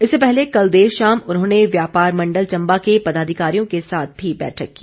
इससे पहले कल देर शाम उन्होंने व्यापार मण्डल चम्बा के पदाधिकारियों के साथ भी बैठक की